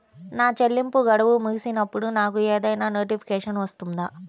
నా చెల్లింపు గడువు ముగిసినప్పుడు నాకు ఏదైనా నోటిఫికేషన్ వస్తుందా?